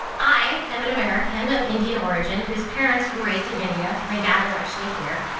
i am an american of indian origin whose parents were raised in india. my dad is actually here.